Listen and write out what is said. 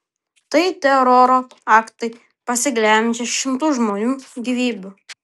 tai teroro aktai pasiglemžę šimtus žmonių gyvybių